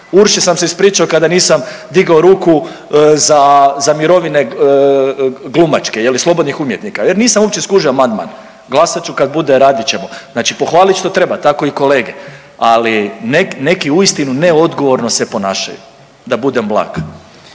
Urši sam se ispričao kada nisam digao ruku za mirovine glumačke, je li, slobodnih umjetnika jer nisam uopće skužio amandman. Glasat ću kad bude, radit ćemo. Znači pohvalit što treba. Tako i kolege, ali neki uistinu neodgovorno se ponašaju, da bude blag.